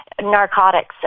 narcotics